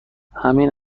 همین